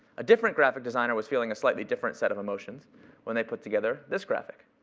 a different graphic designer was feeling a slightly different set of emotions when they put together this graphic.